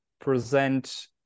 present